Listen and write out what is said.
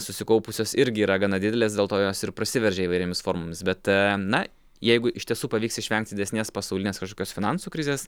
susikaupusios irgi yra gana didelės dėl to jos ir prasiveržia įvairiomis formomis bet na jeigu iš tiesų pavyks išvengti didesnės pasaulinės kažkokios finansų krizės